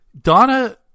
Donna